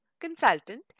consultant